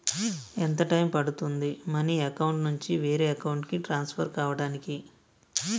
ఎంత టైం పడుతుంది money account నుంచి వేరే అకౌంట్ కి ట్రాన్స్ఫర్ కావటానికి?